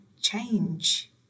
change